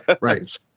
Right